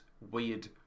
weird